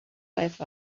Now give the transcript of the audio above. have